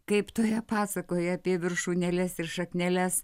kaip toje pasakoje apie viršūnėles ir šakneles